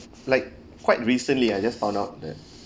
like quite recently I just found out that